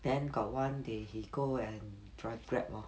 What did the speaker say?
then got one they he go and drive grab lor